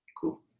Cool